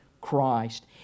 Christ